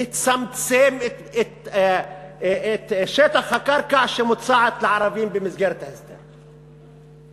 לצמצם את שטח הקרקע שמוצע לערבים במסגרת ההסדר,